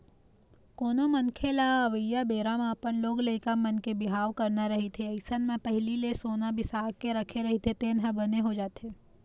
कोनो मनखे लअवइया बेरा म अपन लोग लइका मन के बिहाव करना रहिथे अइसन म पहिली ले सोना बिसा के राखे रहिथे तेन ह बने हो जाथे